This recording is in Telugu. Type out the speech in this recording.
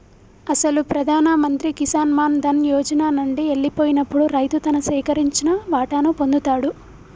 అసలు ప్రధాన మంత్రి కిసాన్ మాన్ ధన్ యోజన నండి ఎల్లిపోయినప్పుడు రైతు తను సేకరించిన వాటాను పొందుతాడు